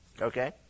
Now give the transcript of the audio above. okay